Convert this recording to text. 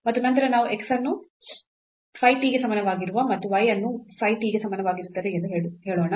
ಮತ್ತು ನಂತರ ನಾವು x ಅನ್ನು phi t ಗೆ ಸಮನಾಗಿರುತ್ತದೆ ಮತ್ತು y ಅನ್ನು psi t ಗೆ ಸಮಾನವಾಗಿರುತ್ತದೆ ಎಂದು ಹೇಳೋಣ